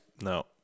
No